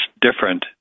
different